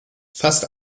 fast